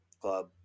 Club